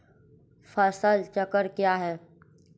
फसल चक्रण क्या है?